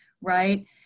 right